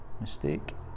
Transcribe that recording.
mistake